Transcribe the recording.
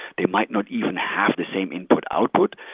they might not even have the same input output.